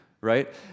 Right